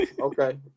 okay